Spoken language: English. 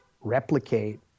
replicate